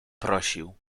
prosił